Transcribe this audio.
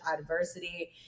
adversity